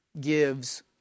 gives